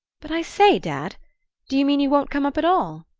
but, i say, dad do you mean you won't come up at all?